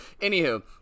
Anywho